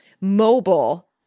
mobile